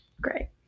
Great